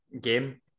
game